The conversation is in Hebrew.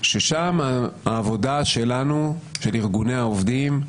ששם העבודה שלנו, של ארגוני העובדים,